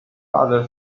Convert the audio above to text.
father